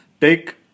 take